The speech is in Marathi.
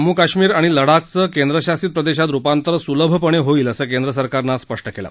जम्मू काश्मीर आणि लडाखचं केंद्रशासित प्रदेशात रूपांतर सुलभपणे होईल असं केंद्र सरकारनं आज सांगितलं